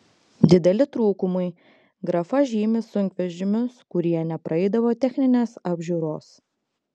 dideli trūkumai grafa žymi sunkvežimius kurie nepraeidavo techninės apžiūros